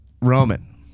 Roman